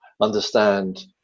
understand